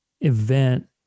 event